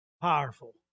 Powerful